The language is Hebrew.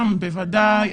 בוודאי.